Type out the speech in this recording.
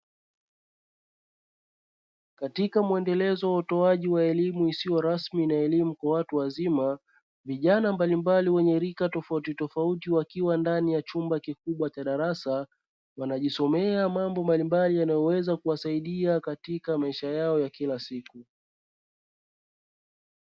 Katika muendelezo wa utoaji wa elimu isiyo rasmi na elimu kwa watu wazima, vijana mbalimbali wenye rika tofautitofauti wakiwa ndani ya chumba kikubwa cha darasa, wanajisomea mambo mbalimbali yanayoweza kuwasaidia katika maisha yao ya kila siku.